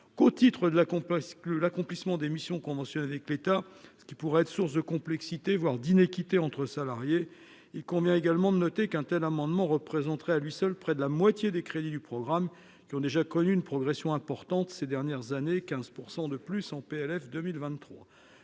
con parce que l'accomplissement des missions convention avec l'État, ce qui pourrait être source de complexité, voire d'inéquité entre salariés, il convient également de noter qu'un tel amendement représenterait à lui seul près de la moitié des crédits du programme qui ont déjà connu une progression importante ces dernières années, 15 % de plus en PLF 2023,